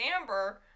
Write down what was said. Amber